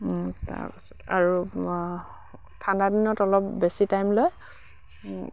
তাৰপিছত আৰু ঠাণ্ডা দিনত অলপ বেছি টাইম লয়